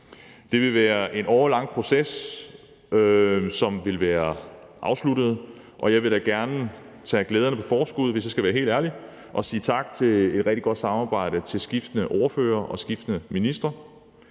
Det vil være en årelang proces, som vil være afsluttet, og jeg vil da gerne tage glæderne på forskud, hvis jeg skal være helt ærlig, og sige tak for et rigtig godt samarbejde med skiftende ordførere og skiftende ministre.